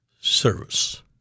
service